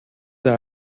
der